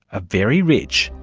a very rich,